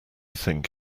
think